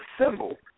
symbol